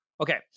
Okay